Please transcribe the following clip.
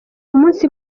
umunsi